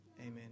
amen